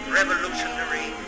revolutionary